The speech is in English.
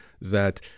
that-